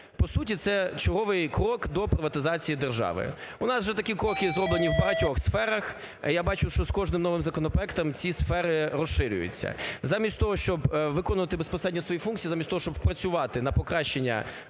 По суті, це черговий крок до приватизації держави. У нас вже такі кроки зроблені в багатьох сферах. Я бачу, що з кожним новим законопроектом ці сфери розширюються. Замість того, щоб виконувати безпосередньо свої функції, замість того, щоб працювати на покращання